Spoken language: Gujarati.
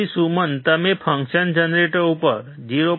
તેથી સુમન તમે ફંક્શન જનરેટર ઉપર 0